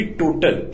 total